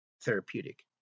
therapeutic